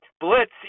Blitz